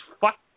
fuck